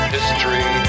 History